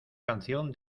canción